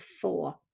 four